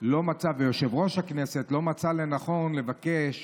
לא מצאה ויושב-ראש הכנסת לא מצא לנכון לבקש